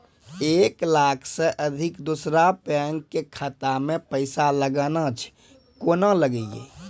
एक लाख से अधिक दोसर बैंक के खाता मे पैसा लगाना छै कोना के लगाए?